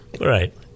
Right